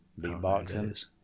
beatboxing